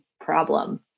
problem